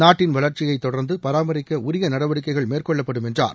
நாட்டின் வளர்ச்சியை தொடர்ந்து பராமரிக்க உரிய நடவடிக்கைகள் மேற்கொளள்ப்படும் என்றார்